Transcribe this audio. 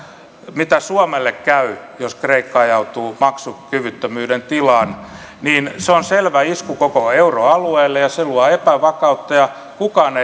miten suomelle käy jos kreikka ajautuu maksukyvyttömyyden tilaan niin se on selvä isku koko euroalueelle ja se luo epävakautta ja kukaan